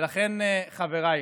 ולכן, חבריי,